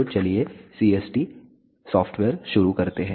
तो चलिए CST software शुरू करते हैं